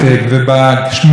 בארץ ובעולם,